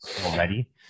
already